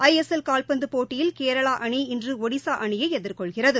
ஐ S L கால்பந்து போட்டியில் கேரளா அணி இன்று ஒடிஸா அணியை எதிர்கொள்கிறது